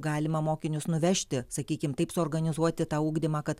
galima mokinius nuvežti sakykim taip suorganizuoti tą ugdymą kad